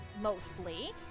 mostly